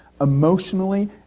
emotionally